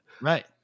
Right